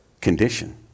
condition